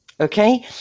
okay